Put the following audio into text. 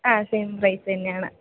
ആ same price തന്നെയാണ്